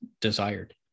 desired